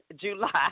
July